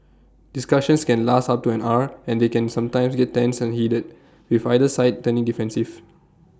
discussions can last up to an hour and they can sometimes get tense and heated with either side turning defensive